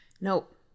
Nope